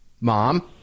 Mom